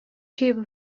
tuba